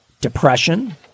depression